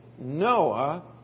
Noah